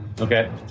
Okay